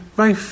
vai